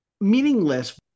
Meaningless